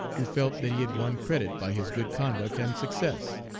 who felt that he had won credit by his good conduct and success.